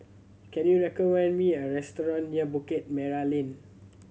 can you recommend me a restaurant near Bukit Merah Lane